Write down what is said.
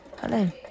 hello